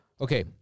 Okay